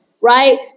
right